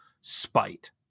spite